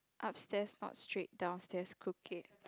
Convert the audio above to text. upstairs not straight downstairs crooked